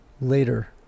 later